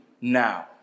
now